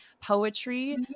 Poetry